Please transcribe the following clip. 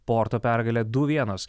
porto pergale du vienas